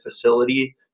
facility